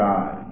God